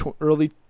early